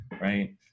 right